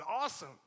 Awesome